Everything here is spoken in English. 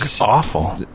awful